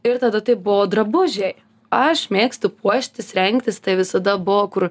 ir tada tai buvo drabužiai aš mėgstu puoštis rengtis tai visada buvo kur